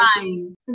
fine